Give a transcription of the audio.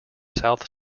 south